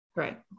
Right